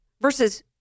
versus